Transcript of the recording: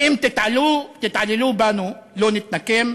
ואם תתעללו בנו, לא נתנקם?